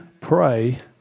pray